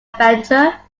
adventure